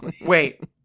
Wait